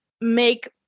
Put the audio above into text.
make